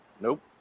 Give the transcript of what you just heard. Nope